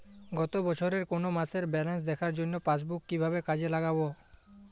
গত বছরের কোনো মাসের ব্যালেন্স দেখার জন্য পাসবুক কীভাবে কাজে লাগাব?